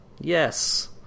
Yes